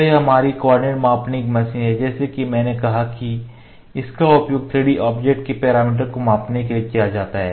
तो यह हमारी कोऑर्डिनेट मापने की मशीन है जैसा कि मैंने कहा कि इसका उपयोग 3D ऑब्जेक्ट्स के पैरामीटर को मापने के लिए किया जाता है